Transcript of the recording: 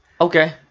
Okay